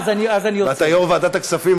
ואתה יו"ר ועדת הכספים,